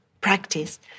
practice